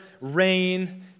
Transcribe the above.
rain